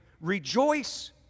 rejoice